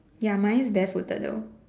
ya mine is barefooted though